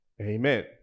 Amen